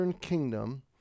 kingdom